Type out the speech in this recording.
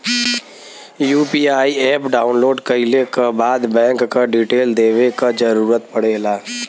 UPI app download कइले क बाद बैंक क डिटेल देवे क जरुरत पड़ेला